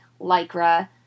lycra